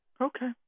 Okay